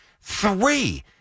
three